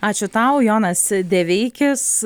ačiū tau jonas deveikis